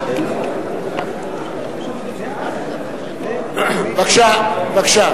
השר לשעבר ולעתיד, רבותי חברי הכנסת